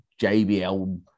JBL